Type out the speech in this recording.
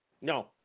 no